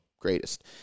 greatest